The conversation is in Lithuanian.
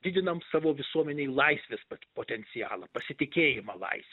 didinam savo visuomenei laisvės po potencialą pasitikėjimą laisve